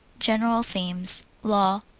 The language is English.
general themes law.